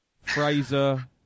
Fraser